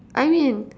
I mean